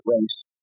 race